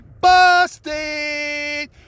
busted